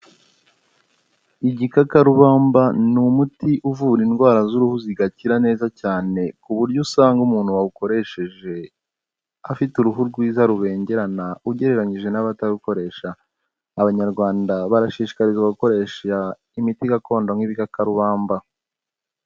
Igikakarubamba ni umuti uvura indwara z'uruhu zigakira neza cyane ku buryo usanga umuntu wawukoresheje, afite uruhu rwiza rubengerana, ugereranyije n'abatarukoresha. Abanyarwanda barashishikarizwa gukoresha imiti gakondo nk'ibikakarubamba.